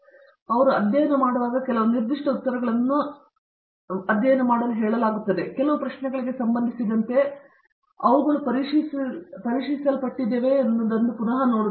ಮತ್ತು ಅವರು ಅಧ್ಯಯನ ಮಾಡುವಾಗ ಕೆಲವು ನಿರ್ದಿಷ್ಟ ಉತ್ತರಗಳನ್ನು ಅಧ್ಯಯನ ಮಾಡಲು ಹೇಳಲಾಗುತ್ತದೆ ಕೆಲವು ಪ್ರಶ್ನೆಗಳಿಗೆ ಸಂಬಂಧಿಸಿದಂತೆ ಅವುಗಳು ಪರಿಶೀಲಿಸಲ್ಪಡುತ್ತವೆ ಎನ್ನುವುದನ್ನು ಮತ್ತೆ ನೋಡುತ್ತಾರೆ